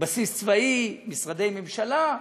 בסיס צבאי, משרדי ממשלה.